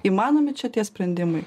įmanomi čia tie sprendimai